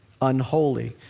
unholy